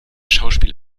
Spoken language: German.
schauspiel